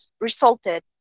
resulted